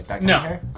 No